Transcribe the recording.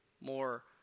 more